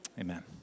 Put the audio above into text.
Amen